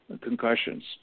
concussions